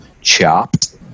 Chopped